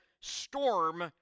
storm